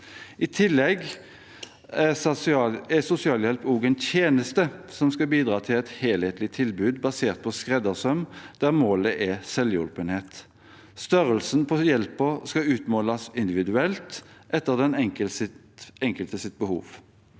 I tillegg er sosialhjelp òg en tjeneste som skal bidra til et helhetlig tilbud basert på skreddersøm, der målet er selvhjulpenhet. Størrelsen på hjelpen skal utmåles individuelt etter den enkeltes behov.